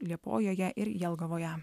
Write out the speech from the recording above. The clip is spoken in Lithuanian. liepojoje ir jelgavoje